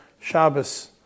Shabbos